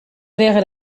wäre